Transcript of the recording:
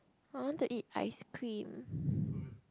I want to eat ice cream